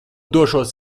došos